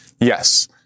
yes